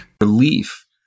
Relief